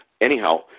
Anyhow